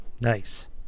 Nice